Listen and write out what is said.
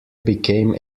became